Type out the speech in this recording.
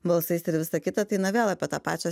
balsais ir visa kita tai na vėl apie tą pačią